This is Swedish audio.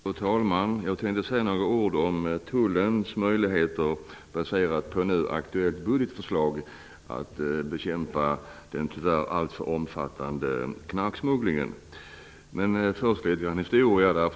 Fru talman! Jag tänkte säga några ord om tullens möjligheter med tanke på nu aktuellt budgetförslag att bekämpa den alltför omfattande knarksmugglingen. Först litet grand historia.